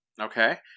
Okay